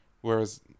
Whereas